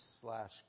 slash